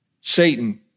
Satan